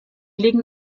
legen